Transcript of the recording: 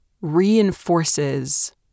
reinforces